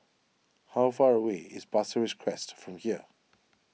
how far away is Pasir Ris Crest from here